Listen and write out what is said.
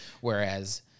Whereas